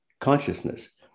consciousness